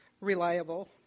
reliable